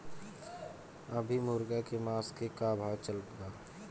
अभी मुर्गा के मांस के का भाव चलत बा?